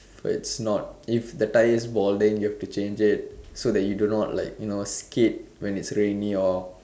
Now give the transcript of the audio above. it's not if the tyre's balding you have to change it so that you do not like you know skid when it's rainy or